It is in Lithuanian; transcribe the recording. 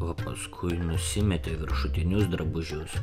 o paskui nusimetė viršutinius drabužius